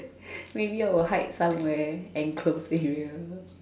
maybe I will hide somewhere enclosed area